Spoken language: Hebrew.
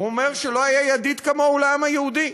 הוא אומר שלא היה ידיד כמוהו לעם היהודי.